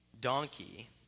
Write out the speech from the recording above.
donkey